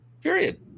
period